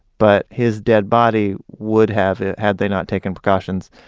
but his dead body would have, had they not taken precautions,